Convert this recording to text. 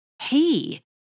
Hey